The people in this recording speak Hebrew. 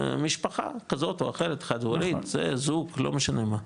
משפחה כזאת, או אחרת, חד-הורית, זוג, לא משנה מה,